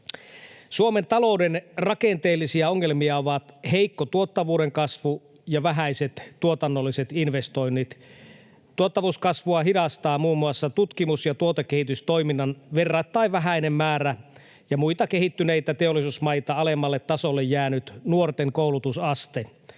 Suomen talouden rakenteellisia ongelmia ovat heikko tuottavuuden kasvu ja vähäiset tuotannolliset investoinnit. Tuottavuuskasvua hidastaa muun muassa tutkimus- ja tuotekehitystoiminnan verrattain vähäinen määrä ja muita kehittyneitä teollisuusmaita alemmalle tasolle jäänyt nuorten koulutusaste.